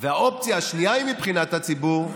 האופציה השנייה, מבחינת הציבור: